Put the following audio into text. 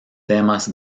temas